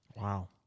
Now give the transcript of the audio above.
Wow